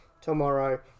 tomorrow